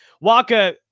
Waka